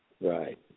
right